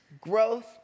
growth